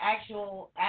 actual